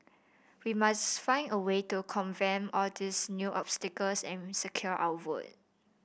we must find a way to circumvent all these new obstacles and secure our votes